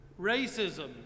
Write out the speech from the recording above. racism